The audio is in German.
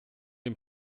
dem